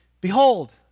Behold